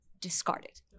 discarded